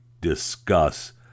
discuss